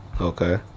Okay